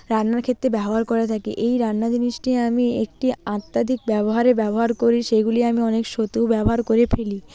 রান্নার ক্ষেত্রে ব্যবহার করে থাকি এই রান্না জিনিসটি আমি একটি অত্যধিক ব্যবহারে ব্যবহার করি সেইগুলি আমি অনেক সতু ব্যবহার করে ফেলি